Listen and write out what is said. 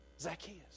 Zacchaeus